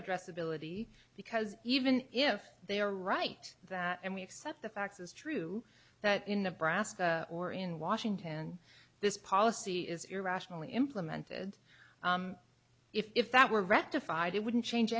address ability because even if they are right that and we accept the facts it's true that in nebraska or in washington this policy is irrationally implemented if that were rectified it wouldn't change